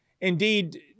Indeed